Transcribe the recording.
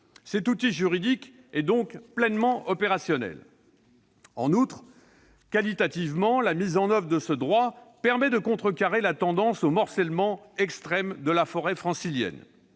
Cet outil juridique est donc pleinement opérationnel. En outre, qualitativement, la mise en oeuvre de ce droit permet de contrecarrer la tendance au morcellement extrême de la forêt francilienne.